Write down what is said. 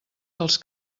dels